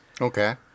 Okay